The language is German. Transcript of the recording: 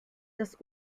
das